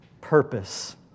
purpose